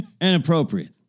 inappropriate